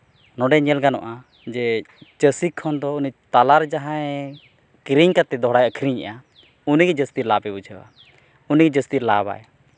ᱱᱚᱸᱰᱮ ᱧᱮᱞ ᱜᱟᱱᱚᱜᱼᱟ ᱡᱮ ᱪᱟᱹᱥᱤ ᱠᱷᱚᱱ ᱫᱚ ᱛᱟᱞᱟ ᱨᱮ ᱡᱟᱦᱟᱸᱭ ᱠᱤᱨᱤᱧ ᱠᱟᱛᱮᱫ ᱫᱚᱦᱲᱟᱭ ᱟᱹᱠᱷᱨᱤᱧᱮᱜᱼᱟ ᱩᱱᱤᱜᱮ ᱡᱟᱹᱥᱛᱤ ᱞᱟᱵᱮᱭ ᱵᱩᱡᱷᱟᱹᱣᱟ ᱩᱱᱤᱜᱮ ᱡᱟᱹᱥᱛᱤᱭ ᱞᱟᱵᱟᱭ